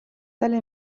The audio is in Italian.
tale